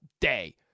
day